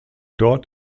dort